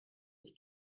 ich